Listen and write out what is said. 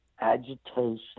agitation